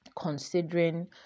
considering